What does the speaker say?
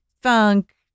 funk